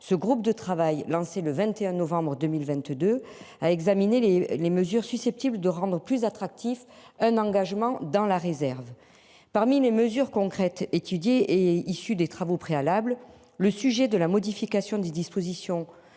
Ce groupe de travail lancé le 21 novembre 2022 à examiner les les mesures susceptibles de rendre plus attractif un engagement dans la réserve. Parmi les mesures concrètes étudiées est issu des travaux préalables. Le sujet de la modification des dispositions